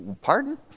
Pardon